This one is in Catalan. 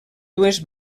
dues